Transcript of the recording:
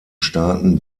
staaten